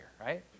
right